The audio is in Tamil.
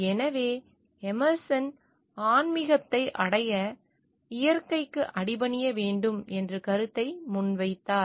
எனவே எமர்சன் ஆன்மிகத்தை அடைய இயற்கைக்கு அடிபணிய வேண்டும் என்ற கருத்தை முன்வைத்தார்